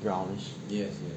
brownish